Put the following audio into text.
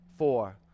Four